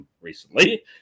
recently